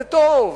זה טוב,